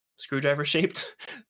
Screwdriver-shaped